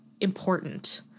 important